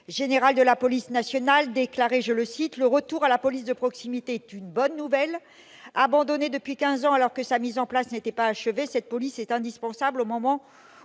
général de la police nationale, déclaré, je le cite : le retour à la police de proximité est une bonne nouvelle, abandonnés depuis 15 ans alors que sa mise en place n'était pas achevé cette police est indispensable au moment où